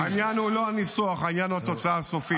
העניין הוא לא הניסוח, העניין הוא התוצאה הסופית.